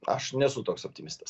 aš nesu toks optimistas